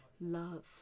love